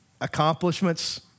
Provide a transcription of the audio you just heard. accomplishments